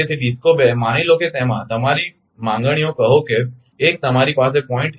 તેથી DISCO 2 માની લો કે તેમાં તમે તમારી માંગણીઓ કહો છો તે એક તમારી પાસે 0